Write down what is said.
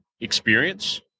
experience